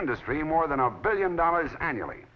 industry more than a billion dollars annually